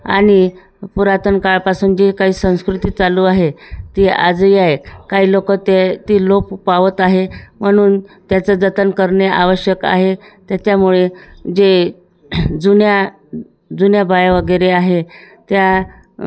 आणि पुरातनकाळापासून जे काही संस्कृती चालू आहे ती आजही आहे काही लोक ते ती लोप पावत आहे म्हणून त्याचं जतन करणे आवश्यक आहे त्याच्यामुळे जे जुन्या जुन्या बाया वगैरे आहे त्या